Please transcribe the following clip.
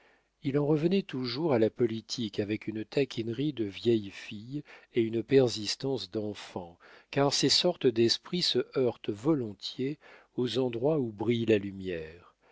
il en revenait toujours à la politique avec une taquinerie de vieille fille et une persistance d'enfant car ces sortes d'esprits se heurtent volontiers aux endroits où brille la lumière